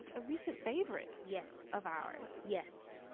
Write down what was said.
a recent favorite. yes. of ours yes.